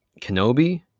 Kenobi